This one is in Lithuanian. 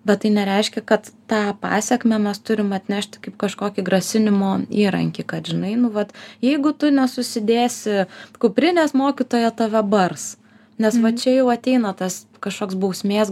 bet tai nereiškia kad tą pasekmę mes turim atnešti kaip kažkokį grasinimo įrankį kad žinai nu vat jeigu tu nesusidėsi kuprinės mokytoja tave bars nes va čia jau ateina tas kašoks bausmės